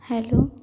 hello